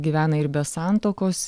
gyvena ir be santuokos